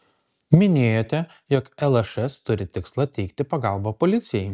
minėjote jog lšs turi tikslą teikti pagalbą policijai